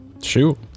shoot